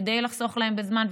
כדי לחסוך להם בזמן,